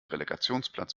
relegationsplatz